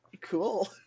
cool